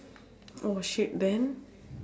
oh shit then